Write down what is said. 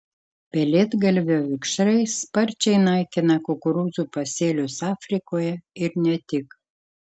pelėdgalvio vikšrai sparčiai naikina kukurūzų pasėlius afrikoje ir ne tik